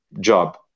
job